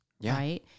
right